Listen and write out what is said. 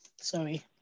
sorry